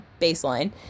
baseline